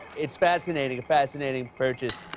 it's fascinating a fascinating purchase.